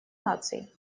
наций